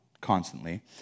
constantly